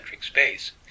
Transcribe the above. space